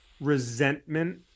resentment